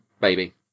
baby